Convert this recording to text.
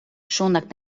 šonakt